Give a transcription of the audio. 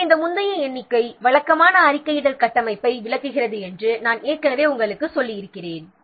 ஆனால் இந்த முந்தைய எண்ணிக்கை வழக்கமான அறிக்கையிடலின் கட்டமைப்பை விளக்குகிறது என்று நாம் ஏற்கனவே உங்களுக்குச் சொல்லியிருக்கிறோம்